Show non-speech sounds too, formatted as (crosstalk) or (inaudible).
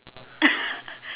(laughs)